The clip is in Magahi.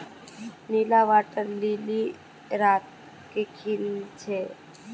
नीला वाटर लिली रात के खिल छे